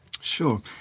Sure